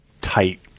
tight